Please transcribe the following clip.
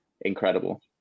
incredible